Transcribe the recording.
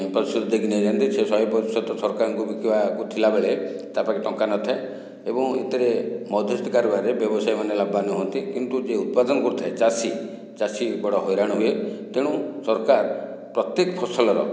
ପ୍ରତିଶତ ଦେଇକି ନେଇଯାଆନ୍ତି ସେ ଶହେ ପ୍ରତିଶତ ସରକାରଙ୍କୁ ବିକିବାକୁ ଥିଲା ବେଳେ ତା ପାଖରେ ଟଙ୍କା ନଥାଏ ଏବଂ ଏଥିରେ ମଧ୍ୟସ୍ଥି କାରବାରରେ ବ୍ୟବସାୟୀ ମାନେ ଲାଭବାନ ହୁଅନ୍ତି କିନ୍ତୁ ଯିଏ ଉତ୍ପାଦନ କରୁଥାଏ ଚାଷୀ ଚାଷୀ ବଡ଼ ହଇରାଣ ହୁଏ ତେଣୁ ସରକାର ପ୍ରତ୍ୟେକ ଫସଲର